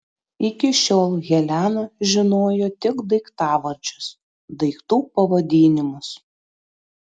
iki šiol helena žinojo tik daiktavardžius daiktų pavadinimus